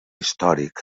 històric